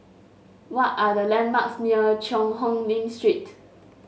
what are the landmarks near Cheang Hong Lim Street